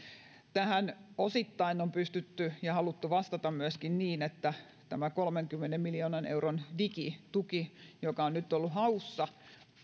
tähän osittain on pystytty ja haluttu vastata myöskin niin että tämä kolmenkymmenen miljoonan euron digituki joka on nyt ollut haussa